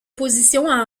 position